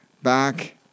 back